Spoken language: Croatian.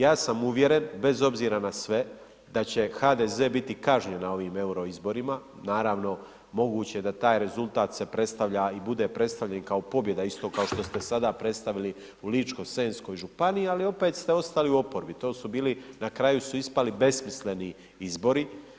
Ja sam uvjeren bez obzira na sve, da će HDZ biti kažnjen na ovim euro izborima, naravno moguće je da taj rezultat se predstavlja i bude predstavljen i kao pobjeda isto kao što ste sada predstavili u Ličko-senjskoj županiji ali opet ste ostali u oporbu, to su bili, na kraju su ispali besmisleni izbori.